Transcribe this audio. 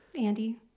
Andy